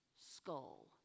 skull